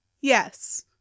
Yes